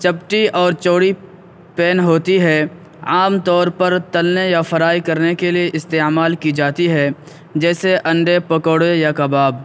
چپٹی اور چوڑی پین ہوتی ہے عام طور پر تلنے یا فرائی کرنے کے لیے استعمال کی جاتی ہے جیسے انڈے پکوڑے یا کباب